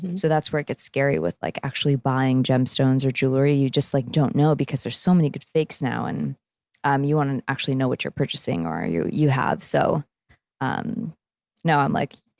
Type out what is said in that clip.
and so that's where it gets scary with, like, actually buying gemstones or jewelry you just like don't know because there's so many good fakes now, and um you want to actually know what you're purchasing or what you you have. so um now i'm like,